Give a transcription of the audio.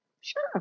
sure